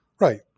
Right